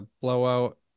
blowout